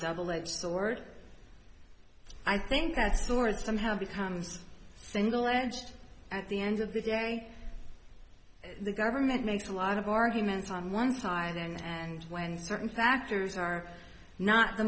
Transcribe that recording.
double edged sword i think that's the word somehow becomes single and at the end of the day the government makes a lot of arguments on one time then and when certain factors are not the